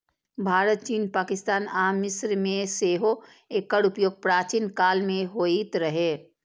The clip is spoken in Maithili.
भारत, चीन, पाकिस्तान आ मिस्र मे सेहो एकर उपयोग प्राचीन काल मे होइत रहै